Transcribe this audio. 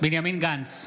בנימין גנץ,